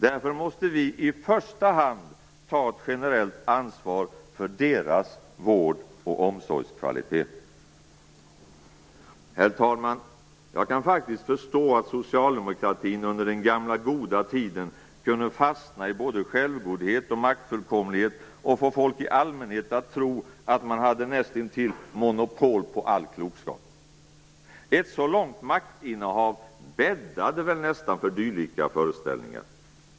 Därför måste vi i första hand ta ett generellt ansvar för deras vård och omsorgskvalitet. Herr talman! Jag kan faktiskt förstå att socialdemokratin under den gamla goda tiden kunde fastna i både självgodhet och maktfullkomlighet och få folk i allmänhet att tro att man hade näst intill monopol på all klokskap. Ett så långt maktinnehav bäddade väl nästan för dylika föreställningar.